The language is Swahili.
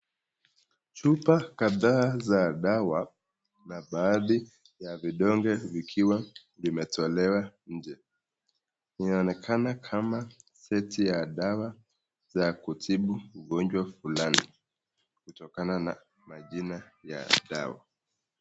Chupa kadhaa za dawa na baadhi ya vidonge zikiwa zimetolewa nje. Inaonekana kama seti ya dawa za kutibu ugonjwa fulani kutokana na majina ya dawa.